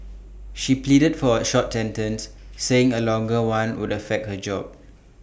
she pleaded for A short sentence saying A longer one would affect her job